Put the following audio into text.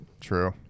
True